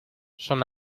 son